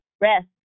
rest